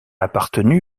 appartenu